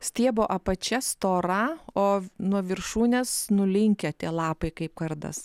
stiebo apačia stora o nuo viršūnės nulinkę tie lapai kaip kardas